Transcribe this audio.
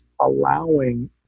allowing